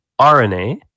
rna